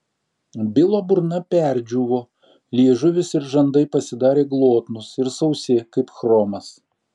bilo burna perdžiūvo liežuvis ir žandai pasidarė glotnūs ir sausi kaip chromas